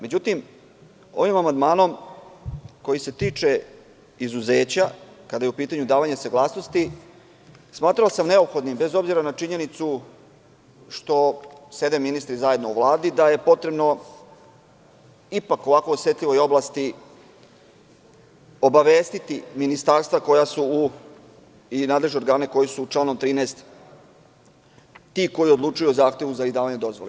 Međutim, ovim amandmanom koji se tiče izuzeća kada je u pitanju davanje saglasnosti, smatrao sam neophodnim, bez obzira na činjenicu što ministri sede zajedno u Vladi, da je potrebno ipak o ovako osetljivoj oblasti obavestiti ministarstva i nadležne organe koji su u članu 13. ti koji odlučuju o zahtevu za izdavanje dozvole.